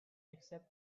except